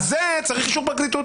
על זה צריך אישור פרקליטות.